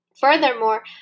Furthermore